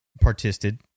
participated